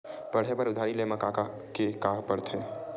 पढ़े बर उधारी ले मा का का के का पढ़ते?